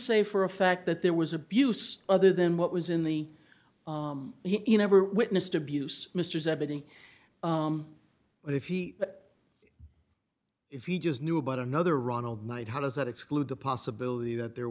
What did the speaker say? say for a fact that there was abuse other than what was in the he never witnessed abuse misters editing but if he if you just knew about another ronald knight how does that exclude the possibility that there